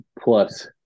plus